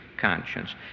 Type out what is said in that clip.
conscience